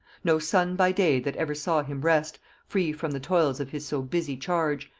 no sun by day that ever saw him rest free from the toils of his so busy charge,